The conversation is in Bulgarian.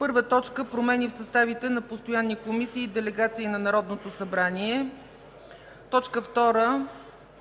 2015 г. 1. Промени в съставите на постоянни комисии и делегация на Народното събрание. 2.